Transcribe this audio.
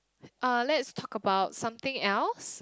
uh let's talk about something else